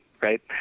right